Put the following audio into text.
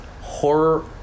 Horror